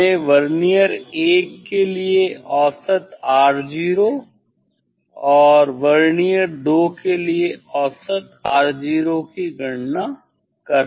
हमें वर्नियर 1 के लिए औसत R0 और वर्नियर 2 के लिए औसत R0 की गणना करनी है